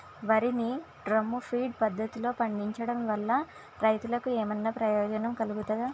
వరి ని drum feed పద్ధతిలో పండించడం వల్ల రైతులకు ఏమన్నా ప్రయోజనం కలుగుతదా?